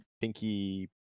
Pinky